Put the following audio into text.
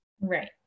Right